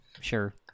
Sure